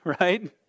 right